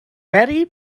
mary